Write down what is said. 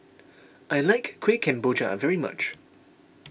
I like Kueh Kemboja very much